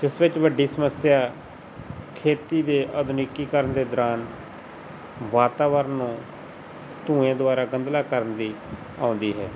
ਇਸ ਵਿੱਚ ਵੱਡੀ ਸਮੱਸਿਆ ਖੇਤੀ ਦੇ ਆਧੁਨਿਕੀਕਰਨ ਦੇ ਦੌਰਾਨ ਵਾਤਾਵਰਨ ਨੂੰ ਧੂੰਏ ਦੁਆਰਾ ਗੰਧਲਾ ਕਰਨ ਦੀ ਆਉਂਦੀ ਹੈ